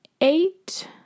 eight